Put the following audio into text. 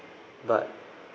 but